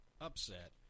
upset